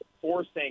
forcing